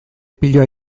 piloa